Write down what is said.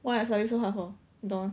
why I study so hard for 你懂吗